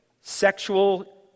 sexual